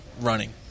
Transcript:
running